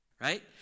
Right